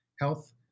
Health